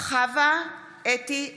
חוה אתי עטייה,